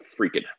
freaking